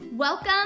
Welcome